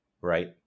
Right